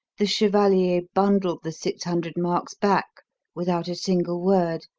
the chevalier bundled the six hundred marks back without a single word,